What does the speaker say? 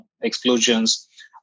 explosions